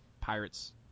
Pirates